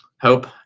hope